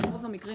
ברוב המקרים,